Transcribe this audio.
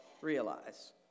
realize